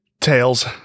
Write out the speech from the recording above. Tails